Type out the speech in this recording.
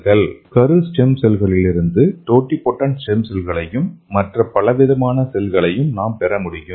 பார்க்கவும் Refer Slide Time 0554 கரு stem செல்களிலிருந்து டோட்டிபோடென்ட் ஸ்டெம் செல்களையும் மற்ற பலவிதமான செல்களையும் நாம் பெற முடியும்